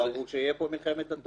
מקצוע אמרו שתהיה פה מלחמת דתות.